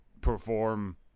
perform